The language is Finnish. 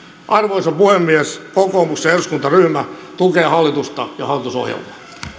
arvoisa puhemies kokoomuksen eduskuntaryhmä tukee hallitusta ja hallitusohjelmaa